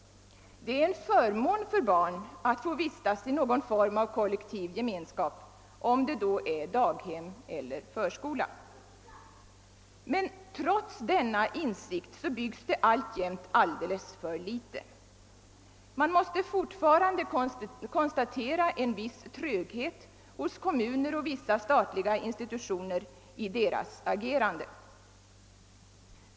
Det är en förmån för barn att få vistas i någon form av kollektiv gemenskap, om det då är daghem eller förskola. Men trots denna insikt byggs det alltjämt alldeles för litet. Man måste fortfarande konstatera en viss tröghet hos kommuner och vissa statliga institutioner i deras agerande.